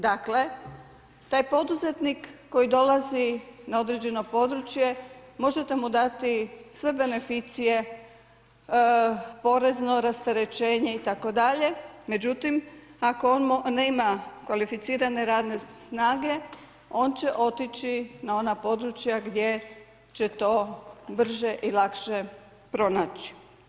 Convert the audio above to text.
Dakle taj poduzetnik koji dolazi na određeno područje možete mu dati sve beneficije porezno rasterećenje itd., međutim ako on nema kvalificirane radne snage on će otići na ona područja gdje će to brže i lakše pronaći.